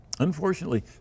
Unfortunately